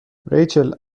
ریچل